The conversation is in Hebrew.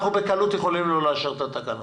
אנחנו בקלות יכולים לא לאשר את התקנות,